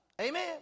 Amen